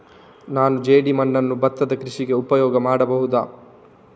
ನಾನು ಜೇಡಿಮಣ್ಣನ್ನು ಭತ್ತದ ಕೃಷಿಗೆ ಉಪಯೋಗ ಮಾಡಬಹುದಾ?